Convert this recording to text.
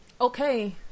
Okay